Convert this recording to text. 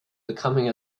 becoming